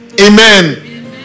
Amen